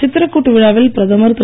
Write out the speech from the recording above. சித்திரகூட் விழாவில் பிரதமர் திரு